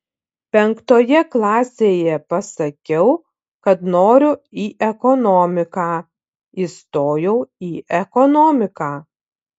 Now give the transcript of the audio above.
penktoje klasėje pasakiau kad noriu į ekonomiką įstojau į ekonomiką